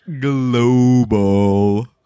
Global